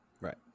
Right